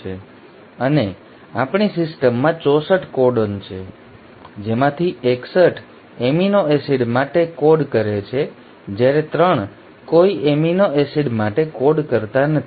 અને આપણી સિસ્ટમમાં 64 કોડન છે જેમાંથી 61 એમિનો એસિડ માટે કોડ કરે છે જ્યારે 3 કોઈ એમિનો એસિડ માટે કોડ કરતા નથી